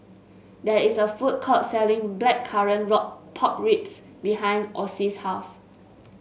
there is a food court selling blackcurrant work Pork Ribs behind Ocie's house